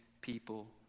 people